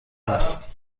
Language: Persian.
است